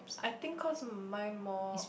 I think cause mine more